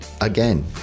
again